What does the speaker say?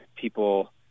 people